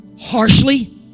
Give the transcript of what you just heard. harshly